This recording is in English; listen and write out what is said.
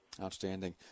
Outstanding